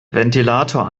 ventilator